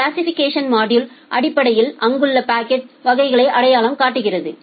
classification module அடிப்படையில் அங்குள்ள packet வகைகளை அடையாளம் காட்டுகிறது